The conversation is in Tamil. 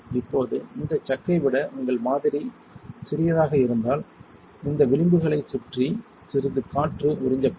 இப்போது இந்த சக்கை விட உங்கள் மாதிரி சிறியதாக இருந்தால் இந்த விளிம்புகளைச் சுற்றி சிறிது காற்று உறிஞ்சப்படும்